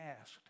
asked